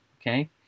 Okay